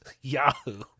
Yahoo